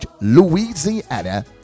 louisiana